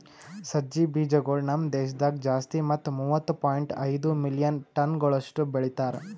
ಸಜ್ಜಿ ಬೀಜಗೊಳ್ ನಮ್ ದೇಶದಾಗ್ ಜಾಸ್ತಿ ಮತ್ತ ಮೂವತ್ತು ಪಾಯಿಂಟ್ ಐದು ಮಿಲಿಯನ್ ಟನಗೊಳಷ್ಟು ಬೆಳಿತಾರ್